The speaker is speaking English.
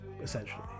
essentially